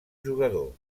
jugador